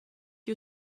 you